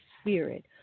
spirit